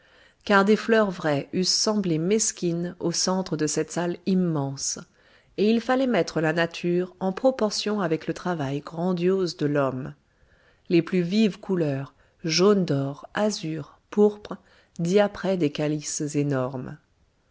car des fleurs vraies eussent semblé mesquines au centre de cette salle immense et il fallait mettre la nature en proportion avec le travail grandiose de l'homme les plus vives couleurs jaune d'or azur pourpre diapraient ces calices énormes